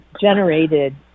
generated